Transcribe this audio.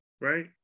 right